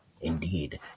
Indeed